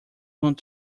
good